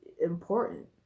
important